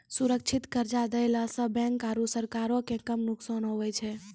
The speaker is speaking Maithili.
सुरक्षित कर्जा देला सं बैंको आरू सरकारो के कम नुकसान हुवै छै